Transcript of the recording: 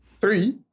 Three